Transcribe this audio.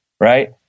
right